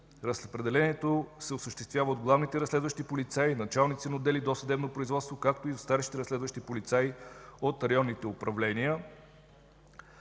разпределението се осъществява от главните разследващи полицаи, началници на отдели „Досъдебно производство”, както и от старши разследващи полицаи от районните управления,